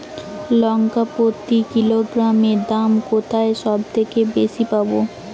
লঙ্কা প্রতি কিলোগ্রামে দাম কোথায় সব থেকে বেশি পাব?